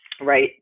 right